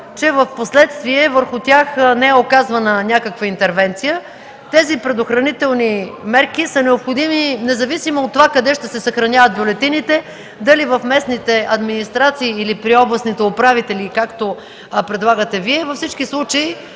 впоследствие върху тях не е оказвана някаква интервенция. Тези предохранителни мерки са необходими, независимо от това къде ще се съхраняват бюлетините – дали в местните администрации или при областните управители, както предлагате Вие. Във всички случаи